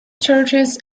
churches